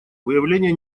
выявление